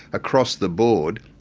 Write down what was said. across the board,